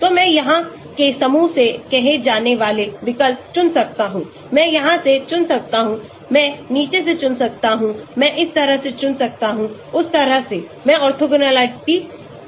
तो मैं यहां के समूहों से कहे जाने वाले विकल्प चुन सकता हूं मैं यहां से चुन सकता हूं मैं नीचे से चुन सकता हूं मैं इस तरह से चुन सकता हूं उस तरह से मैं ऑर्थोगोनलिटी रखता हूं